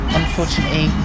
unfortunately